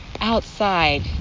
outside